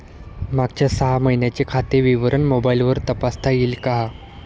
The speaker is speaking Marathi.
मागच्या सहा महिन्यांचे खाते विवरण मोबाइलवर तपासता येईल का?